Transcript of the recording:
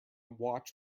watch